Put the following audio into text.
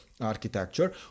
architecture